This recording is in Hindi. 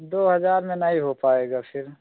दो हज़ार में नहीं हो पाएगा फिर